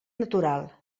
natural